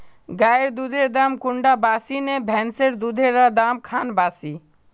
गायेर दुधेर दाम कुंडा बासी ने भैंसेर दुधेर र दाम खान बासी?